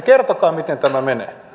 kertokaa miten tämä menee